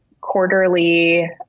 quarterly